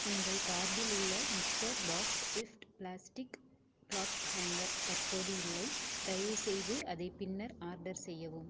உங்கள் கார்ட்டில் உள்ள mister pass shift plastic cloth hanger தற்போது இல்லை தயவுசெய்து அதை பின்னர் ஆர்டர் செய்யவும்